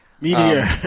Meteor